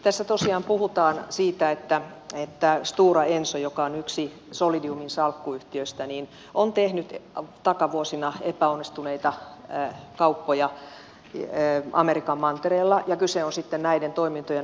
tässä tosiaan puhutaan siitä että stora enso joka on yksi solidiumin salkkuyhtiöistä on tehnyt takavuosina epäonnistuneita kauppoja amerikan mantereella ja kyse on sitten näiden toimintojen alaskirjauksesta